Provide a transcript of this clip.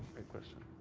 question.